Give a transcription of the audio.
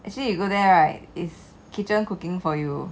actually you go there right is kitchen cooking for you